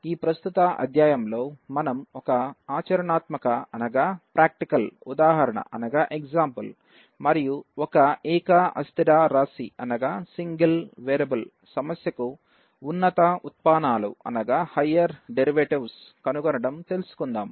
ఈ ప్రస్తుత అధ్యాయంలో మనం ఒక ఆచరణాత్మక ఉదాహరణ మరియు ఒక ఏక అస్థిరరాశి సమస్యకు ఉన్నత ఉత్పానాలు కనుగోనడం తెలుసుకుందాం